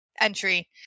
entry